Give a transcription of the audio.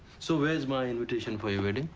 so where's my invitation for your wedding?